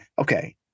okay